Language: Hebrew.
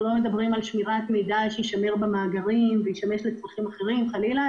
אין כאן שמירת מידע במאגרים ושימוש בו לצרכים אחרים חלילה,